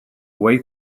wait